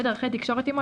ודרכי תקשורת עימו,